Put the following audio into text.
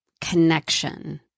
connection